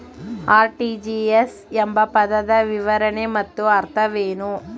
RTGS ಎಂಬ ಪದದ ವಿವರಣೆ ಮತ್ತು ಅರ್ಥವೇನು?